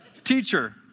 Teacher